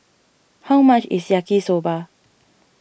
how much is Yaki Soba